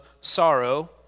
sorrow